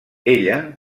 ella